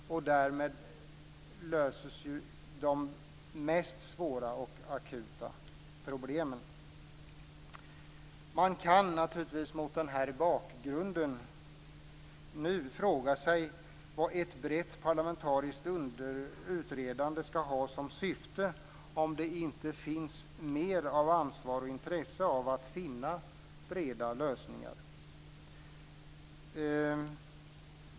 Därmed löses de mest svåra och akuta problemen. Man kan naturligtvis mot denna bakgrund fråga sig vad ett brett parlamentariskt utredande skall ha som syfte om det inte finns mer av ansvar och intresse av att finna breda lösningar.